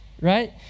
right